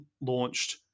launched